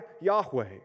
Yahweh